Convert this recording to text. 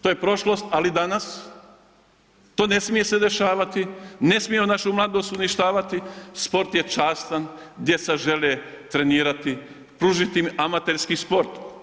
To je prošlost, ali danas to ne smije se dešavati, ne smije našu mladost uništavati, sport je častan, djeca žele trenirati, pružiti im amaterski sport.